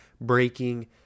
breaking